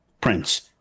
prince